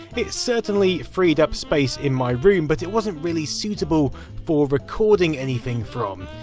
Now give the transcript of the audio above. it certainly freed up space in my room, but it wasn't really suitable for recording anything from,